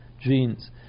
genes